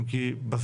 אם כי בזום,